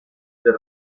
del